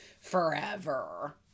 forever